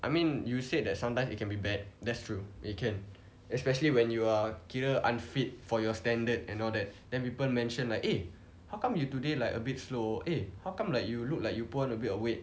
I mean you said that sometimes it can be bad that's true it can especially when you are kira unfit for your standard and all that then people mentioned like eh how come you today like a bit slow eh how come like you look like you put on a bit of weight